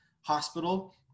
Hospital